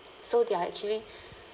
so they are actually